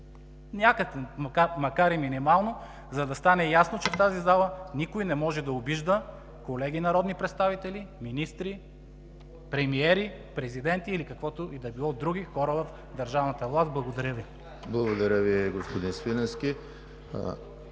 Някакво, макар и минимално, за да стане ясно, че в тази зала никой не може да обижда колеги народни представители, министри, премиери, президенти и каквито и да било други хора в държавната власт. Благодаря Ви. (Частични ръкопляскания